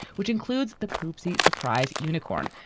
which includes the poopsie. surprise unicorn,